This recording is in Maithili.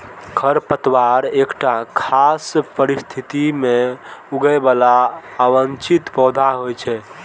खरपतवार एकटा खास परिस्थिति मे उगय बला अवांछित पौधा होइ छै